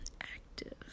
active